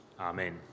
Amen